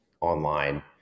online